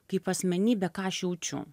kaip asmenybę ką aš jaučiu